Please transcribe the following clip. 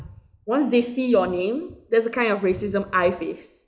once they see your name there's the kind of racism I face